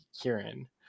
kieran